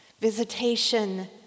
visitation